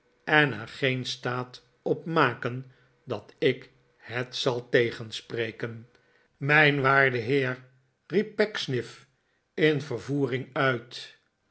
en er geen staat op maken dat ik het zal tegenspreken mijn waarde heer riep pecksniff in vervoering uit